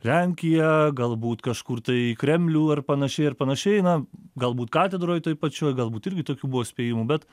lenkiją galbūt kažkur tai į kremlių ar panašiai ir panašiai na galbūt katedroj toj pačioj galbūt irgi tokių buvo spėjimų bet